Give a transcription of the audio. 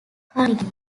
carnegie